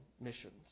missions